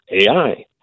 AI